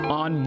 on